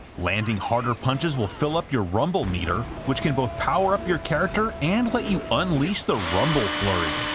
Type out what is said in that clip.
landing harder punches will fill up your rumble meter, which can both power up your character, and let you unleash the rumble flurry.